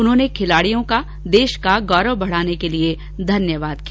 उन्होंने खिलाड़ियों का देश का गौरव बढ़ाने के लिए धन्यवाद किया